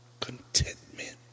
contentment